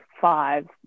five